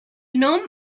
nom